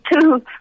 two